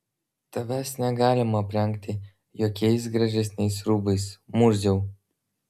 tavęs negalima aprengti jokiais gražesniais rūbais murziau